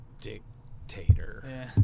dictator